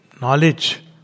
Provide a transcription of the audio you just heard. knowledge